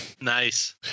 Nice